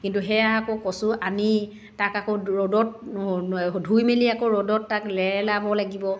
কিন্তু সেয়া আকৌ কচু আনি তাক আকৌ ৰ'দত ধুই মেলি আকৌ ৰ'দ তাক লেৰেলাব লাগিব